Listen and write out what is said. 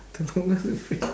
I don't know what's the phrase